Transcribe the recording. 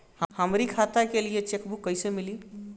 हमरी खाता के लिए चेकबुक कईसे मिली?